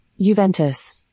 juventus